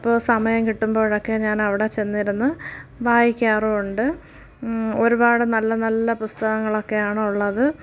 അപ്പോൾ സമയംകിട്ടുമ്പോഴൊക്കെ ഞാൻ അവിടെ ചെന്നിരുന്നു വായിക്കാറുമുണ്ട് ഒരുപാട് നല്ല നല്ല പുസ്തകങ്ങളൊക്കെയാണ് ഉള്ളത്